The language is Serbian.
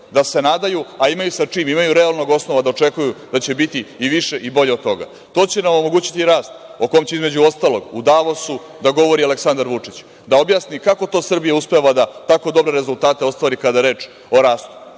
da se nadaju, a imaju i sa čim, imaju realnog osnova da očekuju da će biti i više i bolje od toga. To će nam omogućiti rast o kome će, između ostalog, u Davosu da govori Aleksandar Vučić, da objasni kako to Srbija uspeva da tako dobre rezultate ostvari kada je reč o rastu,